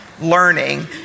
learning